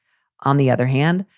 on the other hand.